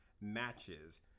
matches